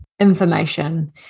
information